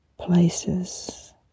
places